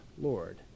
Lord